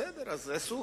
בסדר, אז עיסוק.